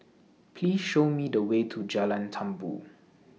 Please Show Me The Way to Jalan Tambur